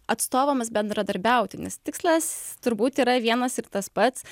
atstovams bendradarbiauti nes tikslas turbūt yra vienas ir tas pats